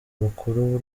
bakuru